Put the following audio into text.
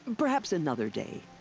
perhaps another day.